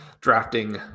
drafting